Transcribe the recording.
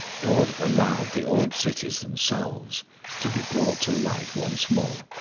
god allowed the old cities themselves to be brought to light once more.